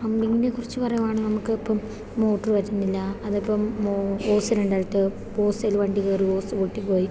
പമ്പിങ്ങിനെക്കുറിച്ച് പറയുവാണെ നമുക്കിപ്പം മോട്ടർ വരുന്നില്ല അതിപ്പം ഓസിനുണ്ടായിട്ട് ഇപ്പോൾ ഓസേൽ വണ്ടി കയറി ഓസ് പൊട്ടിപ്പോയി